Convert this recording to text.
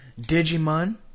Digimon